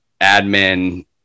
admin